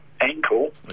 ankle